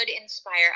inspire